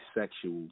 sexual